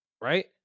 right